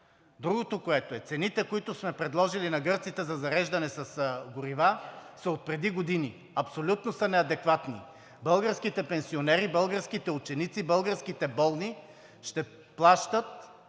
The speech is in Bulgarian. Другото, което е, че цените, които сме предложили на гърците за зареждане с горива, са отпреди години – абсолютно са неадекватни. Българските пенсионери, българските ученици, българските болни ще плащат